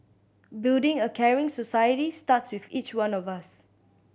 building a caring society starts with each one of us